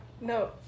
no